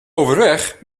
overweg